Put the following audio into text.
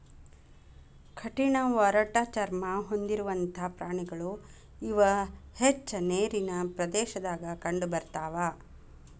ಕಠಿಣ ಒರಟ ಚರ್ಮಾ ಹೊಂದಿರುವಂತಾ ಪ್ರಾಣಿಗಳು ಇವ ಹೆಚ್ಚ ನೇರಿನ ಪ್ರದೇಶದಾಗ ಕಂಡಬರತಾವ